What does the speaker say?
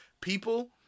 people